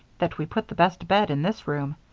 that we put the best bed in this room?